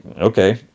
okay